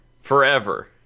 forever